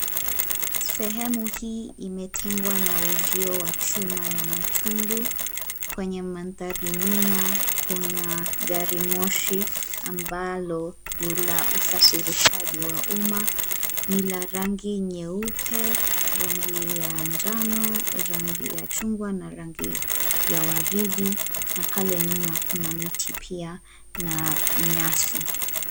Sehemu hii imetengwa na uzio wa chuma ya matundu. Kwenye mandhari nyuma kuna gari moshi ambalo ni la usafirishaji wa umma .Ni la rangi nyeupe, rangi ya njano, rangi ya chungwa na rangi ya waridi na pale nyuma kuna miti pia na nyasi.